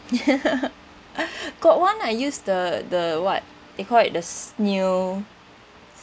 got [one] I use the the what they call it this new